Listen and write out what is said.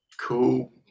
cool